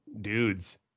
dudes